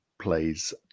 plays